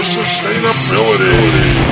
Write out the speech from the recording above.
sustainability